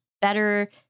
better